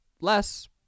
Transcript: less